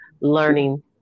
learning